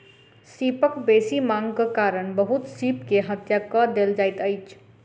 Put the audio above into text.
सीपक बेसी मांगक कारण बहुत सीप के हत्या कय देल जाइत अछि